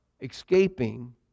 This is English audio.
escaping